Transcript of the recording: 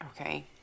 Okay